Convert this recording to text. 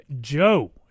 Joe